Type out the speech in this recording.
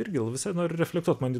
irgi visai noriu reflektuot man